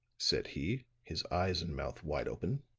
said he, his eyes and mouth wide open.